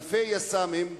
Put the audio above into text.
אלפי יס"מים,